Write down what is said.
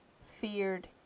feared